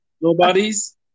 Nobody's